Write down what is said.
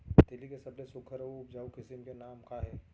तिलि के सबले सुघ्घर अऊ उपजाऊ किसिम के नाम का हे?